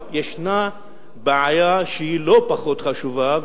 ישנה בעיה שהיא לא פחות חשובה,